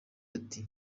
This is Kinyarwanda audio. ati